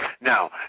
Now